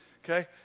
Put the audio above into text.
Okay